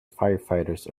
firefighters